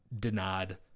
denied